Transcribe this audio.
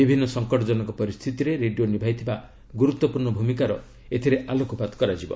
ବିଭିନ୍ନ ସଂକଟଜନକ ପରିସ୍ଥିତିରେ ରେଡିଓ ନିଭାଇଥିବା ଗୁରୁତ୍ୱପୂର୍ଣ୍ଣ ଭୂମିକାର ଏଥିରେ ଆଲୋକପାତ କରାଯିବ